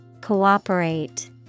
Cooperate